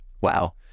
Wow